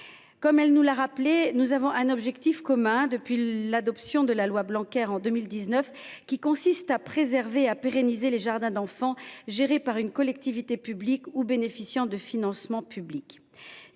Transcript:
Comme celle ci nous l’a rappelé, nous avons un objectif commun depuis l’adoption de la loi Blanquer en 2019 : préserver et pérenniser les jardins d’enfants gérés par une collectivité publique ou bénéficiant de financements publics.